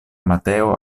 mateo